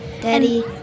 daddy